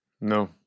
no